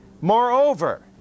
Moreover